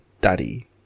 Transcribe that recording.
daddy